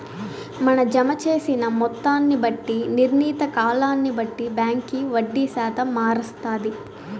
మన జమ జేసిన మొత్తాన్ని బట్టి, నిర్ణీత కాలాన్ని బట్టి బాంకీ వడ్డీ శాతం మారస్తాది